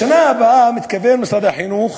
בשנה הבאה מתכוון משרד החינוך,